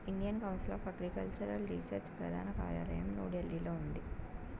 Indian Council of Agricultural Research ప్రధాన కార్యాలయం న్యూఢిల్లీలో ఉంది